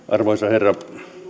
arvoisa herra